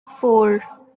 four